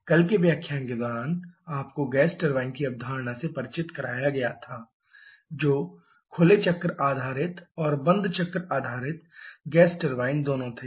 कल के व्याख्यान के दौरान आपको गैस टरबाइन की अवधारणा से परिचित कराया गया था जो खुले चक्र आधारित और बंद चक्र आधारित गैस टर्बाइन दोनों थे